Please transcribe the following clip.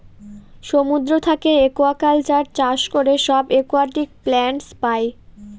সমুদ্র থাকে একুয়াকালচার চাষ করে সব একুয়াটিক প্লান্টস পাই